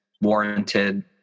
warranted